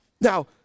Now